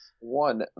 one